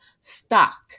stock